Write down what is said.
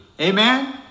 Amen